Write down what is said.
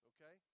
Okay